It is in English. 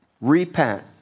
Repent